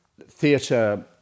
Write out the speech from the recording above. Theatre